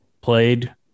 played